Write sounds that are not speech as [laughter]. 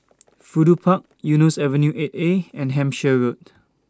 [noise] Fudu Park Eunos Avenue eight A and Hampshire Road